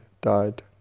died